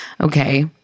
Okay